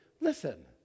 listen